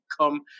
come